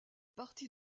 partie